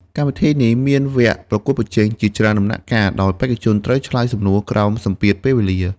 កម្មវិធីនេះមានវគ្គប្រកួតប្រជែងជាច្រើនដំណាក់កាល ដោយបេក្ខជនត្រូវឆ្លើយសំណួរក្រោមសម្ពាធពេលវេលា។